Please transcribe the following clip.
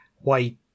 white